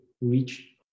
reach